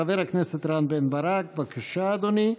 חבר הכנסת רם בן ברק, בבקשה, אדוני.